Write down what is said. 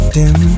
dim